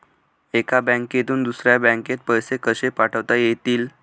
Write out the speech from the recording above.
एका बँकेतून दुसऱ्या बँकेत पैसे कसे पाठवता येतील?